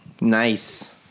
Nice